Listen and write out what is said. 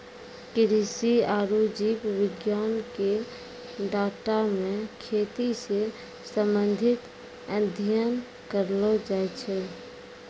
कृषि आरु जीव विज्ञान के डाटा मे खेती से संबंधित अध्ययन करलो जाय छै